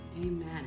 Amen